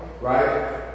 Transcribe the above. right